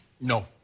No